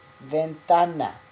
ventana